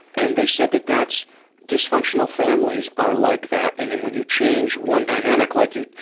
and they said that that's dysfunctional families are like that and then when you change one dynamic like you,